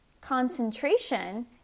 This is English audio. concentration